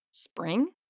Spring